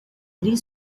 three